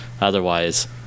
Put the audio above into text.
otherwise